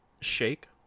shake